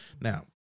Now